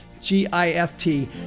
G-I-F-T